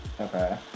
Okay